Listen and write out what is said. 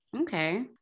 Okay